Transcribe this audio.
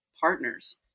partners